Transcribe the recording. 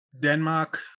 Denmark